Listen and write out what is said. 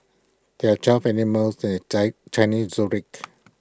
there are twelve animals in the Chinese Zodiac